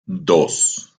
dos